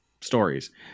stories